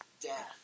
death